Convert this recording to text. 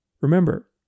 Remember